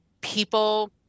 people